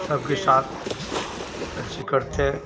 सबके साथ ऐसे करते